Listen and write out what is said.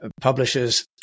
publishers